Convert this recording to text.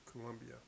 Colombia